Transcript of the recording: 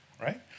right